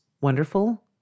Wonderful